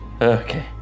Okay